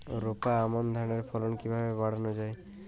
রোপা আমন ধানের ফলন কিভাবে বাড়ানো যায়?